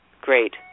Great